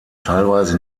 teilweise